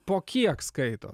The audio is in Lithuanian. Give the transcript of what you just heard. po kiek skaitot